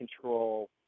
control